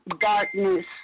darkness